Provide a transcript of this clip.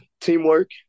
teamwork